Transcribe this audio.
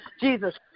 Jesus